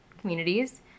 communities